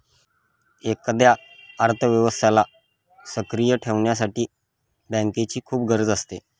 एखाद्या अर्थव्यवस्थेला सक्रिय ठेवण्यासाठी बँकेची खूप गरज असते